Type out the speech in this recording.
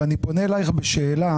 ואני פונה אלייך בשאלה.